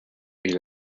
est